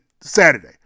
Saturday